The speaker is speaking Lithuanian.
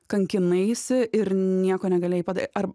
kankinaisi ir nieko negalėjai pada ar